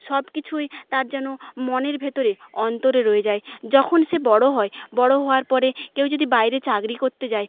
সব কিছুই তার যেন মনের ভেতরে অন্তরে রয়ে যায় যখন সে বড়ো হয় বড়ো হওয়ার পরে কেউ যদি বাইরে চাকরি করতে যায়